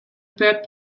peuple